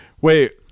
Wait